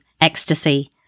ecstasy